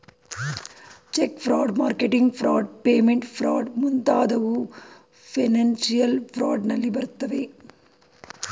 check fraud, marketing fraud, payment fraud ಮುಂತಾದವು financial fraud ನಲ್ಲಿ ಬರುತ್ತವೆ